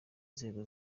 inzego